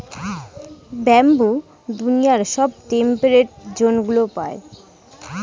bamboo দুনিয়ার সব temperate জোনগুলা পায়